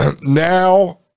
now